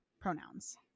pronouns